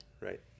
right